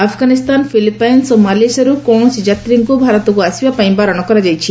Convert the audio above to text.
Afghanistan Philippines ଓ ମାଲେସିଆରୁ କୌଣସି ଯାତ୍ରୀଙ୍କୁ ଭାରତକୁ ଆସିବା ପାଇଁ ବାରଣ କରାଯାଇଛି